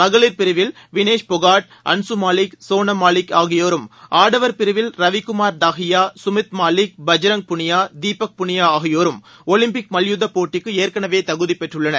மகளிர் பிரிவில் வினேஷ் போகட் அன்சு மாலிக் சோனம் மாலிக் ஆகியோரும் ஆடவர் பிரிவல் ரவிக்குமார் தாகியா கமித் மாலிக் பஜ்ரங் பூனியா தீபக் பூனியா ஆகியோரும் ஒலிம்பிக் மன்யுத்த போட்டிக்கு ஏற்கனவே தகுதி பெற்றுள்ளனர்